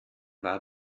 war